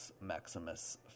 Maximus